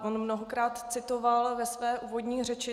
On mnohokrát citoval ve své úvodní řeči.